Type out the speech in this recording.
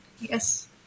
yes